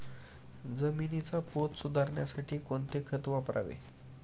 जमिनीचा पोत सुधारण्यासाठी कोणते खत वापरावे?